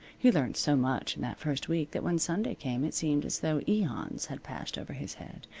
he learned so much in that first week that when sunday came it seemed as though aeons had passed over his head.